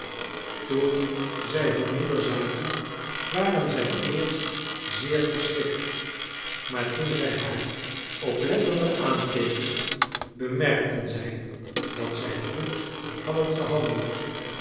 toen zij hun moeder zagen waren zij eerst zeer verschrikt maar toen zij haar oplettender aankeken bemerkten zij dat zij goed hadden gehandeld